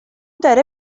داره